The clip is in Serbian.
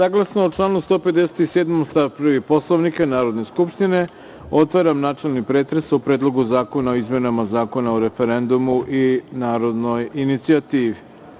Saglasno članu 157. stav 1. Poslovnika Narodne skupštine, otvaram načelni pretres o Predlogu zakona o izmenama Zakona o referendumu i narodnoj inicijativi.